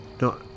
No